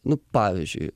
nu pavyzdžiui